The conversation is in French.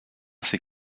ces